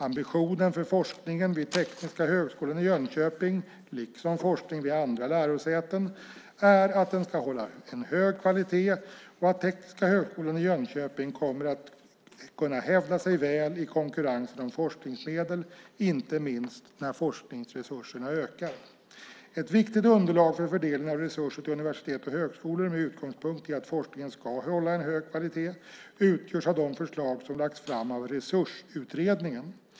Ambitionen för forskningen vid Tekniska högskolan i Jönköping, liksom forskning vid andra lärosäten, är att den ska hålla en hög kvalitet och att Tekniska högskolan i Jönköping kommer att kunna hävda sig väl i konkurrensen om forskningsmedel, inte minst när forskningsresurserna ökar. Ett viktigt underlag för fördelningen av resurser till universitet och högskolor med utgångspunkt i att forskningen ska hålla en hög kvalitet utgörs av de förslag som lagts fram av Resursutredningen.